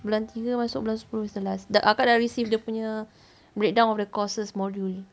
bulan tiga masuk bulan sepuluh is the last the kakak dah receive dia punya breakdown of the courses module